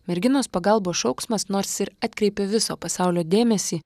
merginos pagalbos šauksmas nors ir atkreipė viso pasaulio dėmesį